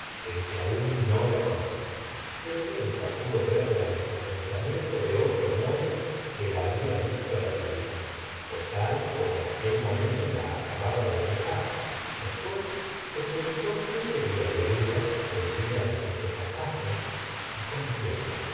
en que aún no la conocía pero nunca pudo verla en su pensamiento de otro modo que la habla visto la primera tal como en aquel momento la acababa de dejar después se preguntó qué sería de ella el dia en que se casase y con quién